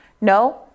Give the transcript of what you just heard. No